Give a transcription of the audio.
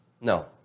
No